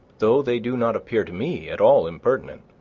though they do not appear to me at all impertinent,